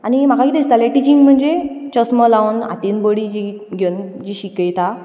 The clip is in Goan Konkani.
आनी म्हाका कितें दिसतालें टिचींग म्हणचे चस्मा लावन हातीन बडी जी घेवन जी शिकयता